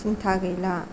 सिनथा गैला